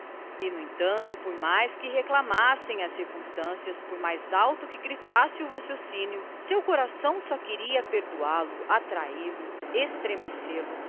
e no entanto por mais alto que reclamassem as circunstâncias e por mais forte que gritasse o raciocínio seu coração só queria perdoar e